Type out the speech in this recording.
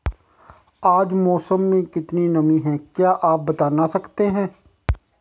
आज मौसम में कितनी नमी है क्या आप बताना सकते हैं?